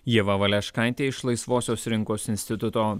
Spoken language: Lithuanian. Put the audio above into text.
ieva valeškaitė iš laisvosios rinkos instituto